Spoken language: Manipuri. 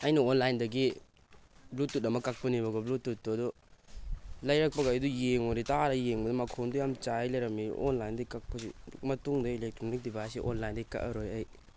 ꯑꯩꯅ ꯑꯣꯟꯂꯥꯏꯟꯗꯒꯤ ꯕ꯭ꯂꯨꯇꯨꯠ ꯑꯃ ꯀꯛꯄꯅꯦꯕꯀꯣ ꯕ꯭ꯂꯨꯇꯨꯠꯇꯨ ꯑꯗꯨ ꯂꯩꯔꯛꯄꯒ ꯑꯩꯗꯣ ꯌꯦꯡꯉꯨꯔꯦ ꯇꯥꯔ ꯌꯦꯡꯕꯗ ꯃꯈꯣꯟꯗꯣ ꯌꯥꯝ ꯆꯥꯏ ꯂꯩꯔꯝꯃꯦ ꯑꯣꯟꯂꯥꯏꯟꯗꯩ ꯀꯛꯄꯁꯤ ꯃꯇꯨꯡꯗꯩ ꯏꯂꯦꯛꯇ꯭ꯔꯣꯅꯤꯛ ꯗꯤꯚꯥꯏꯖꯁꯤ ꯑꯣꯟꯂꯥꯏꯟꯗꯩ ꯀꯛꯑꯔꯣꯏ ꯑꯩ